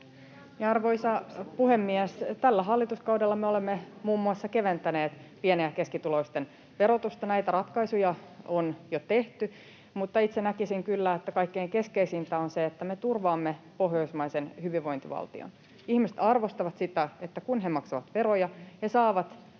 Arvoisa puhemies! Tällä hallituskaudella me olemme muun muassa keventäneet pieni‑ ja keskituloisten verotusta. Näitä ratkaisuja on jo tehty, mutta itse näkisin kyllä, että kaikkein keskeisintä on se, että me turvaamme pohjoismaisen hyvinvointivaltion. Ihmiset arvostavat sitä, että kun he maksavat veroja, he saavat